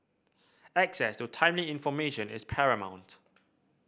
access to timely information is paramount